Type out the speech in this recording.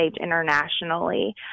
Internationally